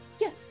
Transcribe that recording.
Yes